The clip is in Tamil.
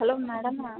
ஹலோ மேடம் நான்